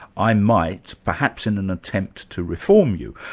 i might perhaps in an attempt to reform you,